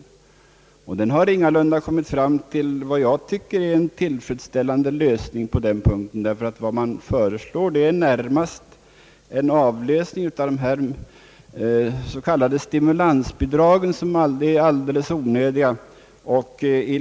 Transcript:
Denna utredning har ingalunda kommit fram till vad jag tycker är en tillfredsställande lösning på denna punkt, ty vad som föreslås är närmast en avlösning av de s, k, stimulansbidragen som är alldeles onödiga men det blir inga ökade bidrag.